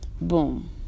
Boom